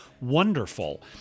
wonderful